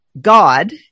God